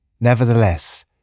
Nevertheless